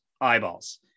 eyeballs